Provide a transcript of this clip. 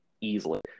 easily